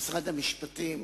משרד המשפטים